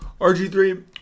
RG3